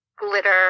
glitter